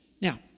Now